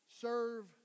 serve